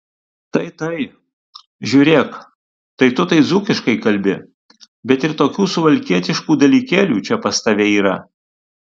tai tai žiūrėk tai tu tai dzūkiškai kalbi bet ir tokių suvalkietiškų dalykėlių čia pas tave yra